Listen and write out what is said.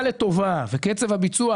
מאז קום המדינה.